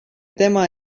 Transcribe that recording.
tema